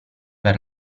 per